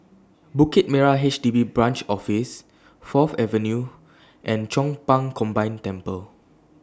Bukit Merah H D B Branch Office Fourth Avenue and Chong Pang Combined Temple